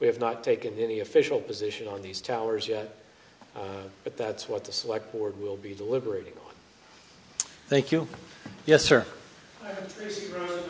we have not taken any official position on these towers yet but that's what the select board will be deliberating thank you yes sir